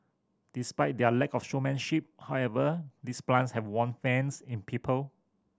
despite their lack of showmanship however these plants have won fans in people